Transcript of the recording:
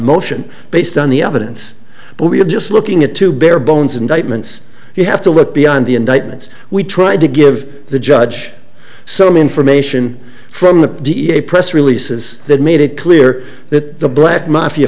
motion based on the evidence but we're just looking at two bare bones indictments you have to look beyond the indictments we tried to give the judge some information from the da press releases that made it clear that the black mafia